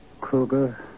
Kruger